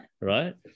right